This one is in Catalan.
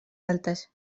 altes